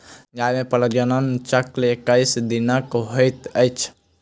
गाय मे प्रजनन चक्र एक्कैस दिनक होइत अछि